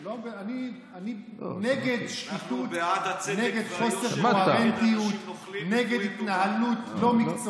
אנחנו בעד הצדק והיושר ונגד אנשים נוכלים וכפויי